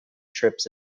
trips